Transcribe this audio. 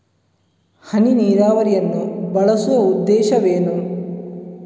ಹನಿ ನೀರಾವರಿಯನ್ನು ಬಳಸುವ ಉದ್ದೇಶವೇನು?